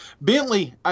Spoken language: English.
Bentley